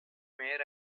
mare